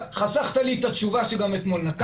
חסכת לי את התשובה, שגם אתמול נתתי.